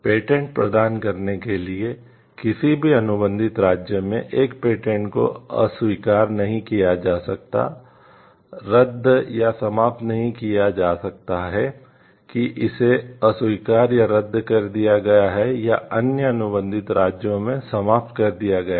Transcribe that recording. patent प्रदान करने के लिए किसी भी अनुबंधित राज्य में एक पेटेंट को अस्वीकार नहीं किया जा सकता रद्द या समाप्त नहीं किया जा सकता है कि इसे अस्वीकार या रद्द कर दिया गया है या अन्य अनुबंधित राज्य में समाप्त कर दिया गया है